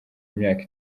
imyaka